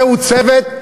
זה צוות,